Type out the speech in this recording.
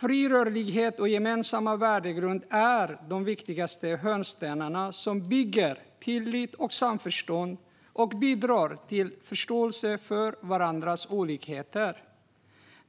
Fri rörlighet och en gemensam värdegrund är de viktigaste hörnstenarna i att bygga tillit och samförstånd, och de bidrar till en förståelse för varandras olikheter.